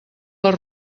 les